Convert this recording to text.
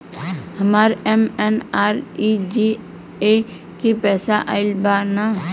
हमार एम.एन.आर.ई.जी.ए के पैसा आइल बा कि ना?